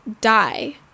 die